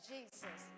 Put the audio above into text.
Jesus